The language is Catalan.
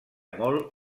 molt